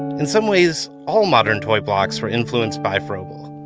in some ways, all modern toy blocks are influenced by froebel.